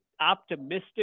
optimistic